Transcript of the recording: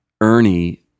ernie